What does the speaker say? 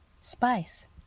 spice